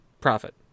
profit